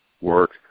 work